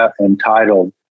entitled